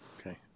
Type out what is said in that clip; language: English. Okay